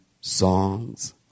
songs